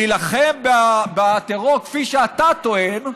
להילחם בטרור כפי שאתה טוען,